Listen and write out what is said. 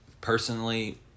personally